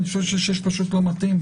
אני פשוט חושב ש-6 לא מתאים.